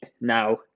Now